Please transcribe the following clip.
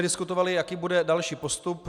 Diskutovali jsme, jaký bude další postup.